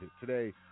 today